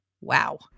Wow